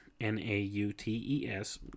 N-A-U-T-E-S